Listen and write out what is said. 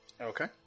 Okay